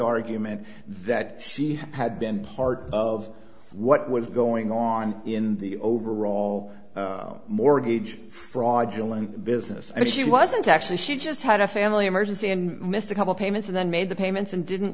argument that she had been part of what was going on in the overall mortgage fraud killing business and she wasn't actually she just had a family emergency and missed a couple payments and then made the payments and didn't